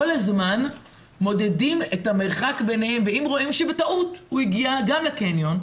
כל הזמן מודדים את המרחק ביניהם ואם רואים שבטעות הוא הגיע גם לקניון,